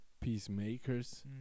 peacemakers